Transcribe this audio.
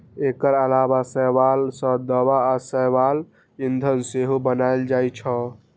एकर अलावा शैवाल सं दवा आ शैवाल ईंधन सेहो बनाएल जाइ छै